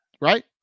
right